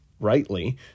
rightly